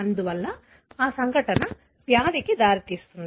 అందువల్ల ఆ సంఘటన వ్యాధికి దారితీస్తుంది